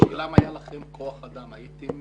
השאלה היא, אם היה לכם כוח אדם האם הייתם